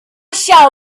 shall